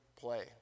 play